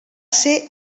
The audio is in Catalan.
ser